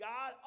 God